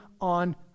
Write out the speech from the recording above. on